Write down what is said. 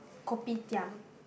kopitiam